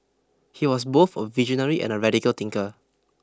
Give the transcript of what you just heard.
he was both a visionary and a radical thinker